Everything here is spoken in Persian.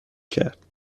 کرد